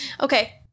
Okay